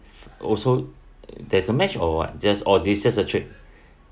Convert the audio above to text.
also there's a match or what just oh this just a trip